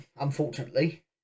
unfortunately